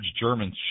German